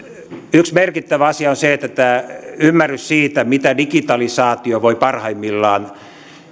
yksi merkittävä asia on se että tämä ymmärrys siitä mitä digitalisaatio voi parhaimmillaan